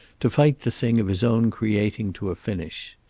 to fight the thing of his own creating to a finish.